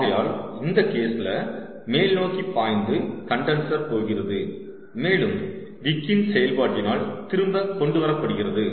ஆகையால் இந்த கேஸ்ல மேல்நோக்கி பாய்ந்து கண்டன்சர் போகிறது மேலும் விக்கின் செயல்பாட்டினால் திரும்ப கொண்டு வரப்படுகிறது